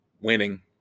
winning